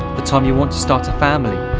the time you want to start a family,